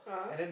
(uh huh)